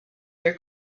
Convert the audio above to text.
their